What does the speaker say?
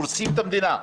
הורסות את המדינה.